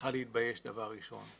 צריכה להתבייש, דבר ראשון.